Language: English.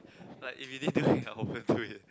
like if he didn't do it I won't do it